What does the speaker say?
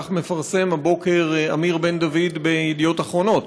כך מפרסם הבוקר אמיר בן-דוד בידיעות אחרונות.